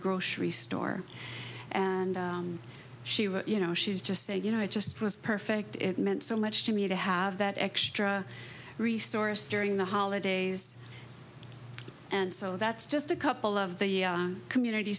grocery store and she wrote you know she's just say you know i just was perfect it meant so much to me to have that extra resource during the holidays and so that's just a couple of the community